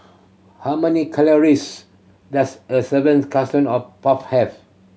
how many calories does a puff have